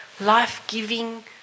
life-giving